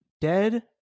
Dead